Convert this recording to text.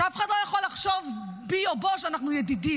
שאף אחד לא יכול לחשוד בי או בו שאנחנו ידידים,